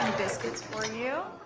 biscuits for you.